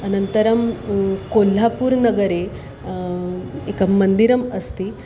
अनन्तरं कोल्हापुर् नगरे एकं मन्दिरम् अस्ति